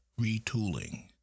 retooling